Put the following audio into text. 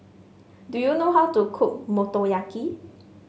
do you know how to cook Motoyaki